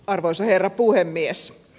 arvoisa herra puhemies